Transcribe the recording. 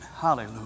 Hallelujah